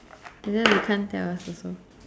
later they can't tell us also